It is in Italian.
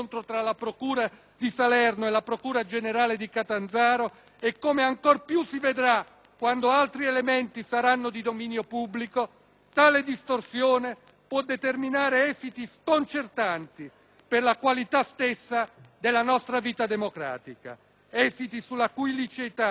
quando altri elementi saranno di dominio pubblico, tale distorsione può determinare esiti sconcertanti per la qualità stessa della nostra vita democratica, esiti sulla cui liceità non è il momento di esprimere giudizi, ma che se dovessero essere valutati come leciti